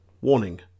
Warning